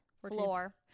floor